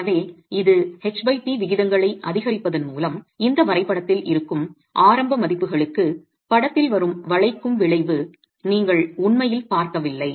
எனவே இது ht விகிதங்களை அதிகரிப்பதன் மூலம் இந்த வரைபடத்தில் இருக்கும் ஆரம்ப மதிப்புகளுக்கு படத்தில் வரும் வளைக்கும் விளைவு நீங்கள் உண்மையில் பார்க்கவில்லை